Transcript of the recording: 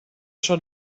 schon